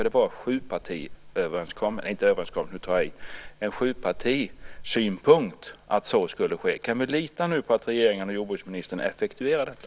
Det var ju en sjupartisynpunkt att så skulle ske. Kan vi alltså nu lita på att regeringen och jordbruksministern effektuerar detta?